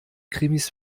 krimis